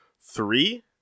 three